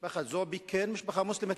משפחת זועבי כן משפחה מוסלמית,